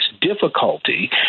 difficulty